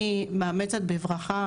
אני מאמצת בברכה.